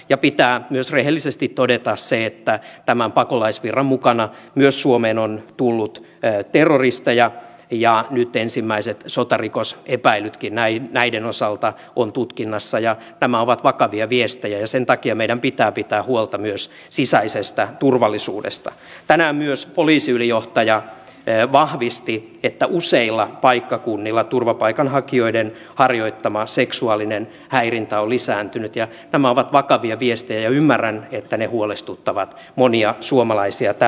ja pitää myös rehellisesti todeta se että tämän pakolaisvirran mukana myös suomeen on tullut käy terroristeja ja nyt ensimmäiset sotarikosepäilytkinai näiden osalta kun tutkinnassa ja nämä ovat vakavia viestejä ja sen takia meidän pitää pitää huolta myös sisäisestä turvallisuudesta tänään myös poliisiylijohtaja vahvisti että useilla paikkakunnilla turvapaikanhakijoiden harjoittama seksuaalinen häirintä on lisääntynyt ja tämä ovat vakavia viestejä ymmärrän että ne huolestuttavat monia suomalaisia että